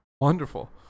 Wonderful